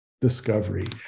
discovery